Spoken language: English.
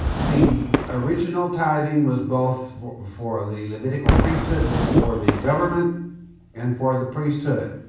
the original tithing was both for the levitical priesthood was for the government and for the priesthood.